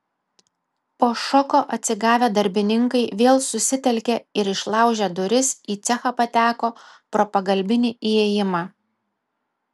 po šoko atsigavę darbininkai vėl susitelkė ir išlaužę duris į cechą pateko pro pagalbinį įėjimą